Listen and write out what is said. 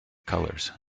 colours